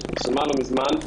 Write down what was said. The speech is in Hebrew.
שפורסמה לא מזמן,